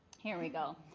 here we go.